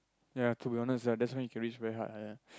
ya to be honest ah that's why you can reach very hard uh